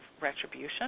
retribution